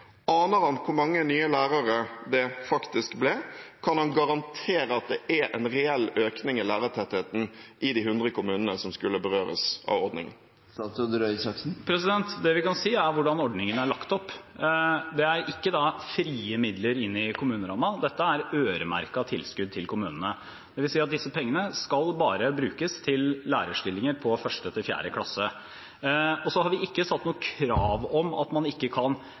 Aner han hvor mange nye lærere det faktisk ble? Kan han garantere at det er en reell økning i lærertettheten i de 100 kommunene som skulle berøres av ordningen? Det vi kan si, er hvordan ordningen er lagt opp. Dette er ikke frie midler inn i kommunerammen, dette er øremerket tilskudd til kommunene. Det vil si at disse pengene bare skal brukes til lærerstillinger i 1.–4. klasse. Så har vi ikke satt noe krav om at man ikke under ett kan